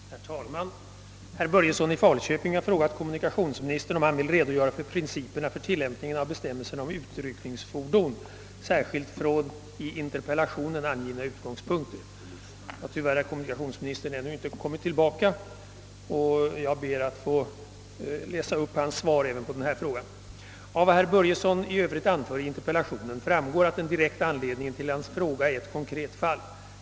Herr talman! Herr Börjesson i Falköping har frågat kommunikationsministern, om denne vill redogöra för principerna för tillämpningen av bestämmelserna om utryckningsfordon, särskilt från i interpellationen angivna utgångspunkter. Eftersom kommunikationsministern tyvärr ännu inte har kommit tillbaka, ber jag att få läsa upp hans svar även på denna interpellation. Av vad herr Börjesson i övrigt anför i interpellationen framgår att den direkta anledningen till hans fråga till mig är ett konkret fall.